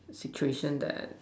situation that